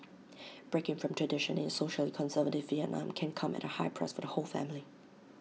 breaking from tradition in socially conservative Vietnam can come at A high price for the whole family